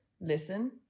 listen